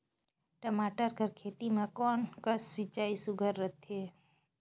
टमाटर कर खेती म कोन कस सिंचाई सुघ्घर रथे?